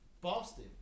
Boston